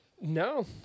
No